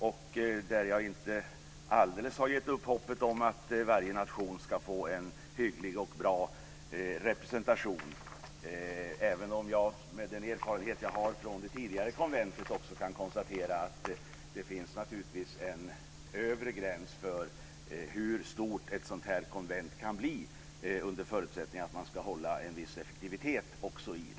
Där har jag inte alldeles gett upp hoppet om att varje nation ska få en hygglig och bra representation, även om jag med den erfarenhet jag har av det tidigare konventet också kan konstatera att det naturligtvis finns en övre gräns hur stort ett sådant här konvent kan bli, under förutsättning att man också ska hålla en viss effektivitet.